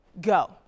go